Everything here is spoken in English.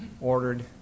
ordered